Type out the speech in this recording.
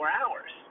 hours